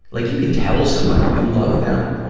like, you can tell somebody you love them.